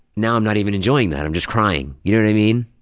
now i'm not even enjoying that, i'm just crying, you know what i mean?